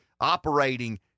operating